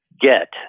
get